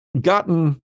gotten